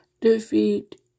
defeat